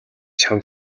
чамд